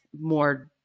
more